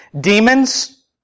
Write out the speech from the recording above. Demons